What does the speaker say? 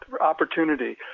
opportunity